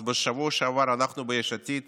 בשבוע שעבר אנחנו ביש עתיד